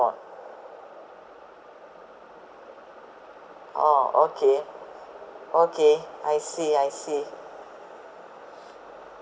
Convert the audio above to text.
orh okay okay I see I see